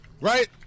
right